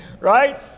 right